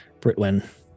Britwin